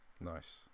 nice